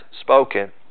spoken